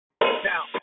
Now